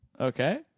Okay